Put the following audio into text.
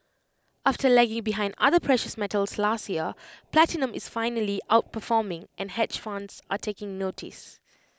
after lagging behind other precious metals last year platinum is finally outperforming and hedge funds are taking notice